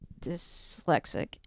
dyslexic